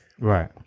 Right